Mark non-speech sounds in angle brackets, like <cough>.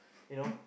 <breath>